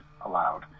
allowed